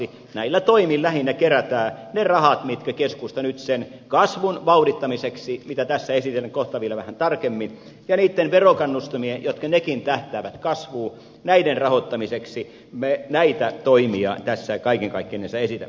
lähinnä näillä toimin kerätään ne rahat mitkä keskusta nyt sen kasvun vauhdittamiseksi mitä tässä esittelen kohta vielä vähän tarkemmin ja niitten verokannustimien jotka nekin tähtäävät kasvuun rahoittamiseksi tässä kaiken kaikkinensa esittää